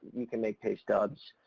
you can make pay stubs.